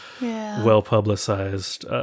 well-publicized